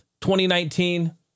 2019